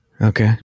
Okay